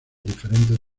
diferentes